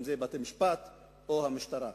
אם בתי-משפט או המשטרה.